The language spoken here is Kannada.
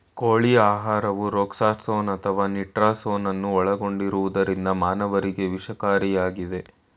ಕೋಳಿ ಆಹಾರವು ರೊಕ್ಸಾರ್ಸೋನ್ ಅಥವಾ ನಿಟಾರ್ಸೋನ್ ಅನ್ನು ಒಳಗೊಂಡಿರುವುದರಿಂದ ಮಾನವರಿಗೆ ವಿಷಕಾರಿಯಾಗಿದೆ